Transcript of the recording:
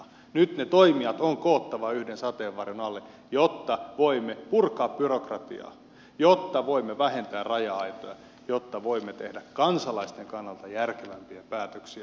nyt ne toimijat on koottava yhden sateenvarjon alle jotta voimme purkaa byrokratiaa jotta voimme vähentää raja aitoja jotta voimme tehdä kansalaisten kannalta järkevämpiä päätöksiä